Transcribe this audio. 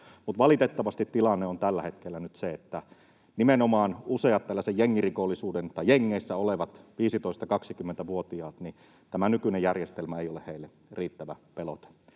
mutta valitettavasti tilanne on tällä hetkellä nyt se, että nimenomaan useille tällaisille jengeissä oleville 15—20-vuotiaille tämä nykyinen järjestelmä ei ole riittävä pelote.